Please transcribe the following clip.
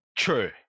true